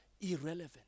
irrelevant